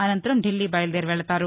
అనంతరం ధిల్లీ బయలుదేరి వెళ్తారు